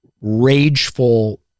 rageful